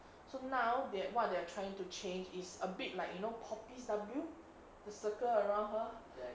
so now they what they are trying to change is a bit like you know poppies W the circle around her